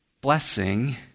blessing